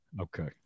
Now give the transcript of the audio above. Okay